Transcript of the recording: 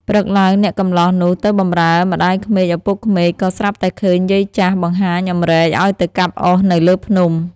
ព្រឹកឡើង អ្នកកម្លោះនោះទៅបម្រើម្តាយក្មេកឪពុកក្មេក ក៏ស្រាប់តែឃើញយាយចាស់ បង្ហាញអំរែកឲ្យទៅកាប់អុសនៅលើភ្នំ។